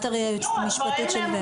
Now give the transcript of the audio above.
את הרי היועצת המשפטית של ור"ה.